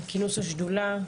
על כינוס השדולה,